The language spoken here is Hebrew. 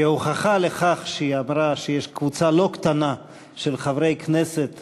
כהוכחה לכך שהיא אמרה שיש קבוצה לא קטנה של חברי כנסת